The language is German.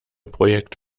projekt